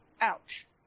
Ouch